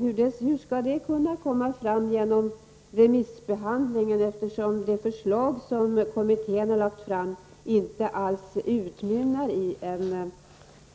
Hur skall det kunna komma fram genom remissbehandlingen, då det förslag som kommittén har lagt fram inte alls utmynnar i